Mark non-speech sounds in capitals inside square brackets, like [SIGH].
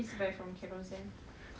[LAUGHS]